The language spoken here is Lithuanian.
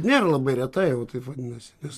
nėra labai reta jau taip vadinasi nes